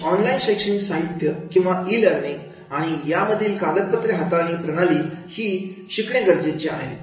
अशी ऑनलाइन शैक्षणिक साहित्य किंवा ई लर्निंग आणि या मधील कागदपत्रे हाताळण्याची प्रणाली ही शिकणे गरजेचे आहे